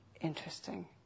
interesting